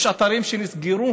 יש אתרים שנסגרו